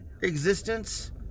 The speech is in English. existence